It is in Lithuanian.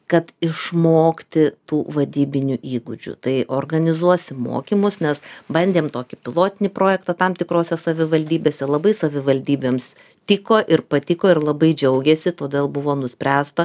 kad išmokti tų vadybinių įgūdžių tai organizuosim mokymus nes bandėm tokį pilotinį projektą tam tikrose savivaldybėse labai savivaldybėms tiko ir patiko ir labai džiaugėsi todėl buvo nuspręsta